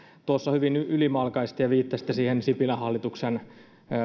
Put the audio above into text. tuossa hyvin ylimalkaisesti ja viittasitte siihen sipilän hallituksen